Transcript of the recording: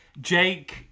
Jake